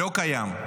לא קיים.